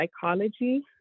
psychology